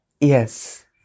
Yes